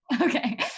Okay